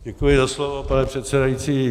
Děkuji za slovo, pane předsedající.